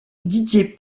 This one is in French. didier